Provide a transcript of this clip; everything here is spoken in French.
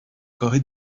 corée